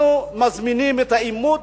אנחנו מזמינים את העימות.